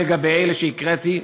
לגבי אלה שהקראתי,